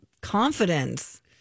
confidence